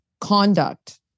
conduct